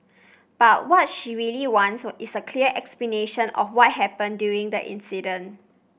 but what she really wants is a clear explanation of what happened during that incident